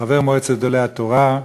חבר מועצת גדולי התורה,